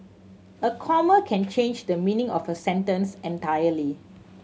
a comma can change the meaning of a sentence entirely